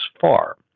far